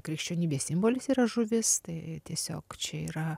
krikščionybės simbolis yra žuvis tai tiesiog čia yra